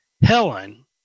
Helen